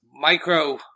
Micro